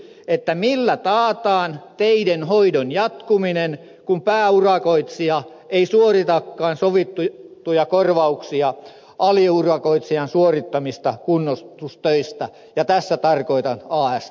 eli millä taataan teiden hoidon jatkuminen kun pääurakoitsija ei suoritakaan sovittuja korvauksia aliurakoitsijan suorit tamista kunnostustöistä ja tässä tarkoitan as tehoa